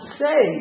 say